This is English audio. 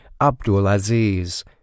Abdulaziz